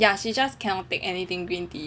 ya she just cannot take anything green tea